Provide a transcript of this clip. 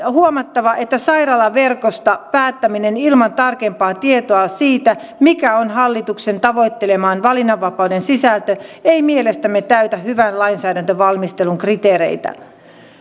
huomattava että sairaalaverkosta päättäminen ilman tarkempaa tietoa siitä mikä on hallituksen tavoitteleman valinnanvapauden sisältö ei mielestämme täytä hyvän lainsäädäntövalmistelun kriteereitä